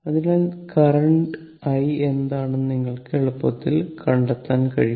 അതിനാൽ നിലവിലെ i എന്താണെന്ന് നിങ്ങൾക്ക് എളുപ്പത്തിൽ കണ്ടെത്താൻ കഴിയും